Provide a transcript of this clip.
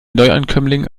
neuankömmlingen